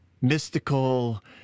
mystical